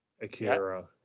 Akira